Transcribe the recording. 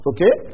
Okay